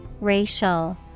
Racial